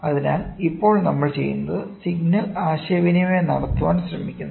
അതിനാൽ ഇപ്പോൾ നമ്മൾ ചെയ്യുന്നത് സിഗ്നൽ ആശയവിനിമയം നടത്താൻ ശ്രമിക്കുന്നു